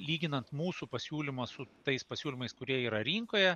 lyginant mūsų pasiūlymą su tais pasiūlymais kurie yra rinkoje